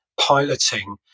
Piloting